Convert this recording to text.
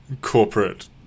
corporate